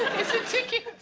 it's a ticking